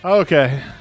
okay